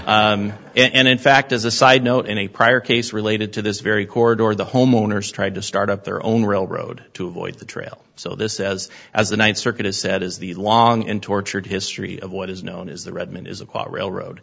and in fact as a side note in a prior case related to this very corridor the homeowners tried to start up their own railroad to avoid the trail so this says as the ninth circuit has said is the long and tortured history of what is known as the redmond is a quote railroad